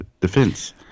defense